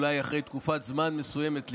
אולי אחרי תקופת זמן מסוימת,